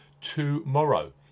tomorrow